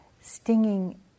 Stinging